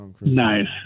Nice